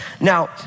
Now